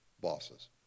bosses